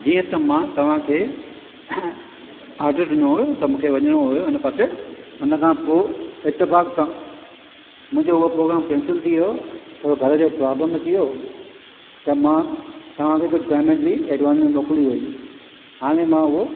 जीअं त मां तव्हां खे ऑडर ॾिनो होयो त मूंखे वञणो होयो हिन पासे हुन खां पोइ इतिफ़ाक़ सां मुंहिंजो उहो प्रोग्राम कैंसिल थी वियो थोरो घर जो प्रॉब्लम अची वियो त मां तव्हां खे कुझु पेमेंट बि एडवांस बि मोकिली हुई हाणे मां उहो